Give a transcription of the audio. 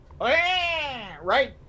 right